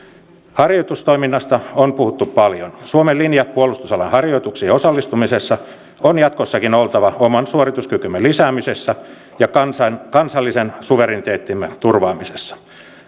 harjoitustoiminnasta on puhuttu paljon suomen linjan puolustusalan harjoituksiin osallistumisessa on jatkossakin oltava oman suorituskykymme lisäämisessä ja kansallisen suvereniteettimme turvaamisessa